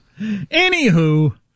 Anywho